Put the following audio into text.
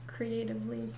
Creatively